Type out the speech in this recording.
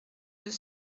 deux